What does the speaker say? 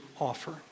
offer